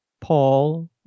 Paul